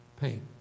pain